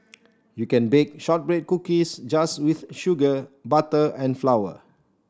you can bake shortbread cookies just with sugar butter and flour